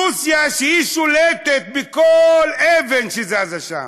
רוסיה, ששולטת בכל אבן שזזה שם.